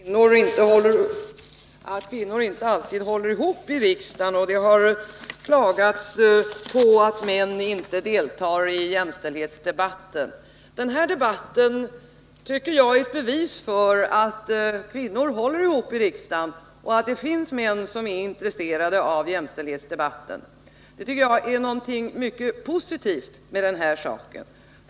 Herr talman! Det har klagats på att kvinnor inte alltid håller ihop i riksdagen, och det har klagats på att män inte deltar i jämställdhetsdebatten. Den här debatten tycker jag är ett bevis för att kvinnor håller ihop i riksdagen och att det finns män som är intresserade av jämställdhetsdebatten. Det tycker jag är någonting mycket positivt med den här saken.